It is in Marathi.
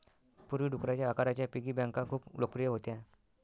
पूर्वी, डुकराच्या आकाराच्या पिगी बँका खूप लोकप्रिय होत्या